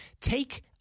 take